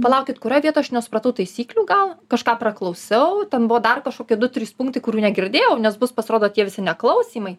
palaukit kurioj vietoj aš nesupratau taisyklių gal kažką praklausiau ten buvo dar kažkokie du trys punktai kurių negirdėjau nes bus pasirodo tie visi neklausymai